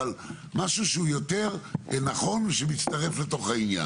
אבל משהו שהוא יותר נכון ושמצטרף לתוך העניין.